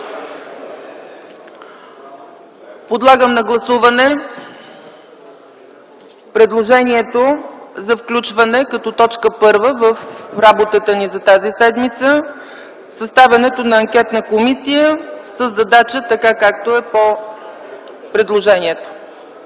Подлагам на гласуване предложението за включване като точка първа в работата ни за тази седмица – Съставяне на анкетна комисия със задача така, както е по предложението.